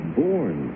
born